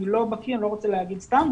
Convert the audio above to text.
אני לא בקי ואני לא רוצה לומר סתם.